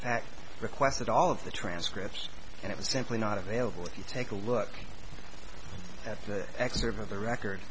fact requested all of the transcripts and it was simply not available if you take a look at the x server the record